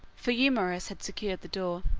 for eumaeus had secured the door.